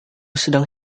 sedang